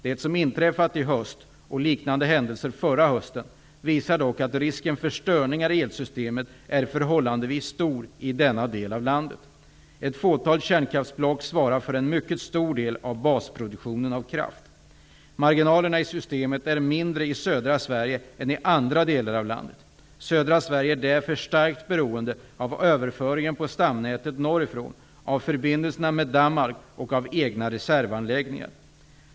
Det som inträffat i höst -- och liknande händelser förra hösten -- visar dock att risken för störningar i elsystemet är förhållandevis stor i denna del av landet. Ett fåtal kärnkraftsblock svarar för en mycket stor del av basproduktionen av kraft. Marginalerna i systemet är mindre i södra Sverige än i andra delar av landet. Södra Sverige är därför starkt beroende av överföring på stamnätet norrifrån, av förbindelserna med Danmark och av egna reservanläggningar.